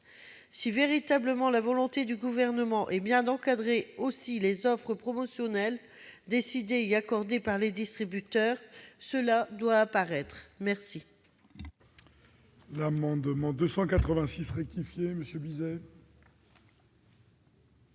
Si, véritablement, la volonté du Gouvernement est d'encadrer aussi les offres promotionnelles décidées et accordées par les distributeurs, cela doit apparaître. L'amendement n° 286 rectifié, présenté